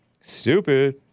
Stupid